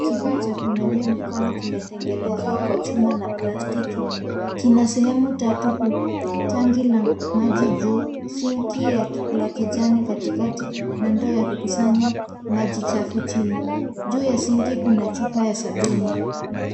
Kifaa cha kunawia mikono kimetengenezwa kwa chuma na plastiki. Kina sehemu tatu kuu ,tangi la maji juu, sinki ya la kijani katikati na ndoa ya kukusanya maji chafu chini. Juu ya sinki kuna chupa ya sabuni.